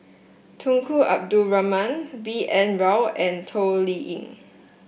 Tunku Abdul Rahman B N Rao and Toh Liying